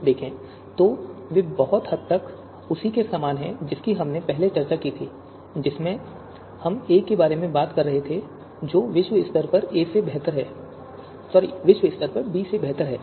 इसलिए यदि आप इन तीन उप परिदृश्यों को देखें तो वे बहुत हद तक उसी के समान हैं जिसकी हमने पहले चर्चा की थी जिसमें हम a के बारे में बात कर रहे थे जो विश्व स्तर पर b से बेहतर है